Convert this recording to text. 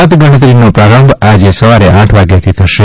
મતગણતરીનો પ્રારંભ આજે સવારે આઠ વાગ્યથી થશે